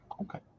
Okay